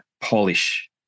polish